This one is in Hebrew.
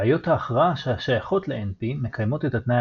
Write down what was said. בעייות ההכרעה השייכות לNP מקיימות את התנאי